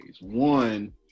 One